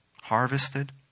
harvested